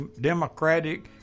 Democratic